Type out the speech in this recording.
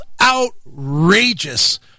outrageous